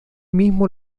mismo